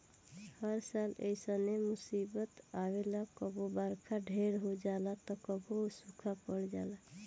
हर साल ऐइसने मुसीबत आवेला कबो बरखा ढेर हो जाला त कबो सूखा पड़ जाला